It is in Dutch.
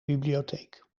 bibliotheek